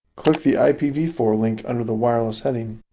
click the i p v four link under the wireless heading.